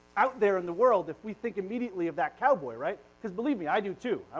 out there in the world if we think immediately of that cowboy, right? because believe me, i do too.